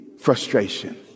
frustration